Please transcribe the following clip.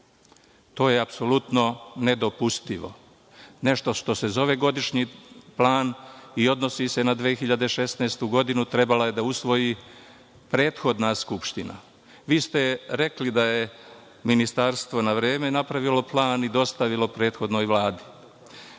To je apsolutno nedopustivo, nešto što se zove godišnji plan i odnosi se na 2016. godinu, trebala je da usvoji prethodna Skupština. Vi ste rekli da je Ministarstvo na vreme napravilo plan i dostavilo prethodnoj Vladi.